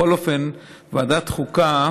בכל אופן, ועדת החוקה